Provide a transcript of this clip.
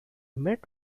met